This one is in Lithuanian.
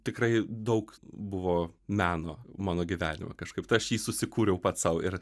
tikrai daug buvo meno mano gyvenime kažkaip tai aš jį susikūriau pats sau ir